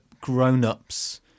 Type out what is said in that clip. grown-ups